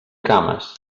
cames